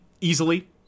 easily